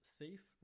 safe